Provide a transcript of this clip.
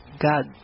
God